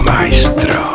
Maestro